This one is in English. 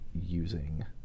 using